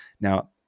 now